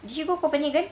did you go copenhagen